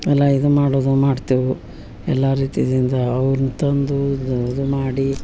ಎಲ್ಲ ಇದು ಮಾಡೋದು ಮಾಡ್ತೇವೆ ಎಲ್ಲ ರೀತಿಯಿಂದ ಅವ್ರ್ನ ತಂದು ಇದು ಮಾಡಿ